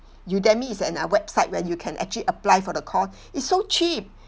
Udemy is an uh website where you can actually apply for the course is so cheap